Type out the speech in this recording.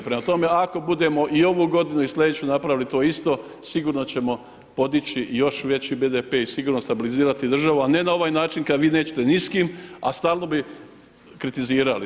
Prema tome, ako budemo i ovu godinu i sljedeću napravili to isto, sigurno ćemo podići još veći BDP i sigurno stabilizirati državu, a ne na ovaj način kada vi nećete ni s kim, a stalno bi kritizirali.